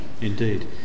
indeed